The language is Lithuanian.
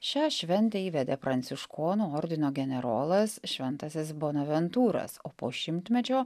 šią šventę įvedė pranciškonų ordino generolas šventasis bonaventūras o po šimtmečio